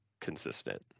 consistent